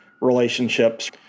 relationships